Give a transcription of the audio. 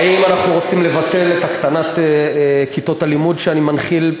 האם אנחנו רוצים לבטל את הקטנת כיתות הלימוד שאני מנחיל,